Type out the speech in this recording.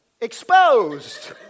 exposed